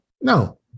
no